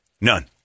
None